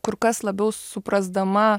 kur kas labiau suprasdama